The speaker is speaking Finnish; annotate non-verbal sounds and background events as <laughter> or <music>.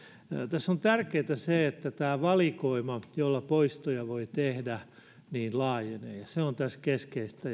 tässä on tärkeätä se että tämä valikoima jolla poistoja voi tehdä laajenee se on tässä keskeistä <unintelligible>